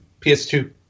PS2